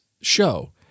show